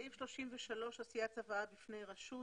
עשיית צוואה בפני רשות